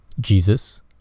Jesus